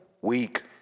Week